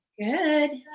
Good